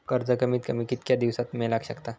कर्ज कमीत कमी कितक्या दिवसात मेलक शकता?